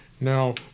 Now